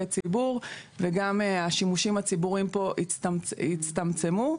ציבור וגם השימושים הציבוריים פה הצטמצמו.